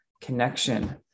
connection